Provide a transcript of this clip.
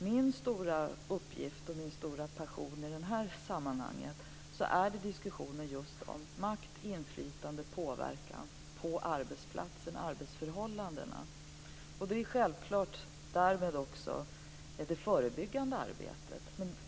Min stora uppgift och min stora passion i det här sammanhanget är just diskussionen om makt, inflytande, påverkan och arbetsförhållandena på arbetsplatsen och därmed också det förebyggande arbetet.